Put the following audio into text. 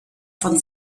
von